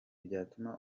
byatuma